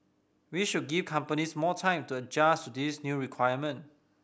we should give companies more time to adjust to this new requirement